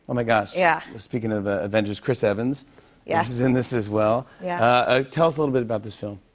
my gosh. yeah. speaking of ah avengers. chris evans yeah is in this, as well. yeah ah tell us little bit about this film.